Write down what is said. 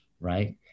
right